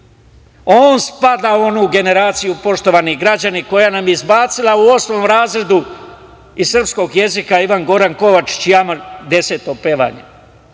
On spada u onu generaciju, poštovani građani koja nam je izbacila u osmom razredu iz srpskog jezika, Ivan Goran Kovačić „Jama“, deseto pevanje,